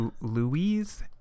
Louise